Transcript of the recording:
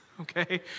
Okay